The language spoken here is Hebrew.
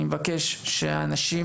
אני מבקש שהאנשים